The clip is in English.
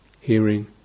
Hearing